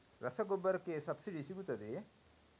ರಸಗೊಬ್ಬರಕ್ಕೆ ಸಬ್ಸಿಡಿ ಸಿಗುತ್ತದೆಯೇ?